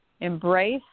embrace